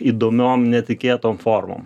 įdomiom netikėtom formom